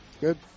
Good